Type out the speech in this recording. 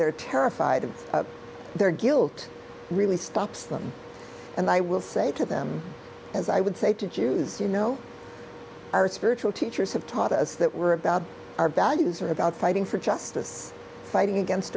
ey're terrified of their guilt really and i will say to them as i would say to jews you know our spiritual teachers have taught us that we're about our values are about fighting for justice fighting against